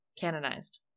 canonized